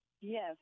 Yes